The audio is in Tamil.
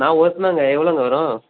நான் ஒருத்தன் தாங்க எவ்வளோங்க வரும்